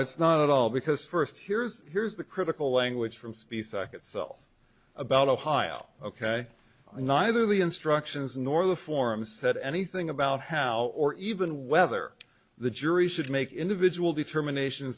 it's not at all because first here's here's the critical language from speace itself about ohio ok neither the instructions nor the form said anything about how or even whether the jury should make individual determination